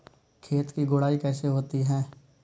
खेत की गुड़ाई कैसे होती हैं?